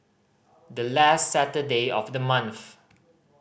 the last Saturday of the month